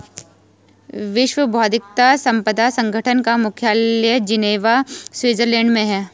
विश्व बौद्धिक संपदा संगठन का मुख्यालय जिनेवा स्विट्जरलैंड में है